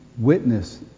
Witness